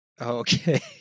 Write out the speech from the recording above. Okay